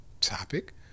topic